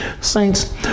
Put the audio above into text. Saints